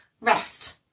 rest